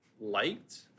liked